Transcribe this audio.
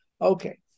Okay